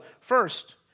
first